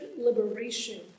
liberation